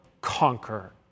conquer